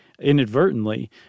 inadvertently